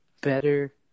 better